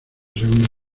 segunda